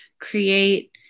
create